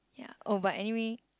ya oh but anyway